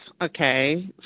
Okay